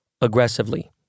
aggressively